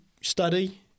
study